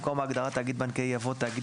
במקום ההגדרה "תאגיד בנקאי" יבוא: "תאגיד